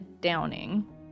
Downing